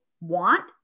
want